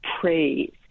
praise